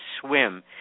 swim